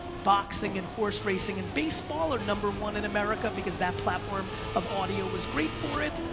boxing and horse racing and baseball are number one in america because that platform of audio was great for it.